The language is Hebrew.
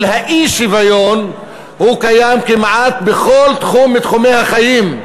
האי-שוויון קיים כמעט בכל תחום מתחומי החיים,